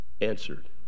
answered